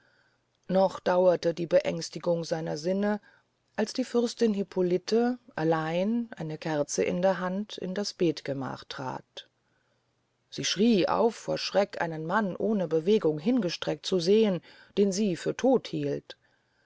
noch dauerte die beängstigung seiner sinnen als die fürstin hippolite allein eine kerze in der hand in das betgemach trat sie schrie auf vor schrecken einen mann ohne bewegung hingestreckt zu sehen den sie für todt hielt